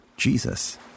Jesus